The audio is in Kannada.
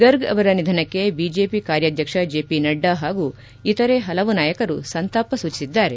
ಗರ್ಗ್ ಅವರ ನಿಧನಕ್ಕೆ ಬಿಜೆಪಿ ಕಾರ್ಯಾಧ್ಯಕ್ಷ ಜಿ ಪಿ ನಡ್ಡಾ ಹಾಗೂ ಇತರ ಹಲವು ನಾಯಕರು ಸಂತಾಪ ಸೂಚಿಸಿದ್ದಾರೆ